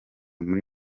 muri